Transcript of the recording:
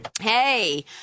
Hey